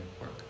work